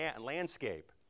landscape